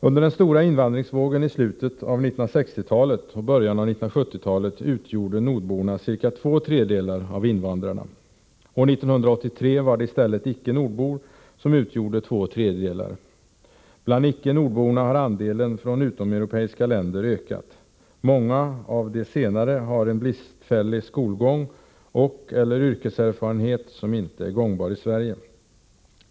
Under den stora invandringsvågen i slutet av 1960-talet och början av 1970-talet utgjorde nordborna ca två tredjedelar av invandrarna. År 1983 var det i stället icke-nordbor som utgjorde två tredjedelar. Bland icke-nordborna har andelen från utomeuropeiska länder ökat. Många av de senare har en bristfällig skolgång och/eller yrkeserfarenhet som inte är gångbar i Sverige.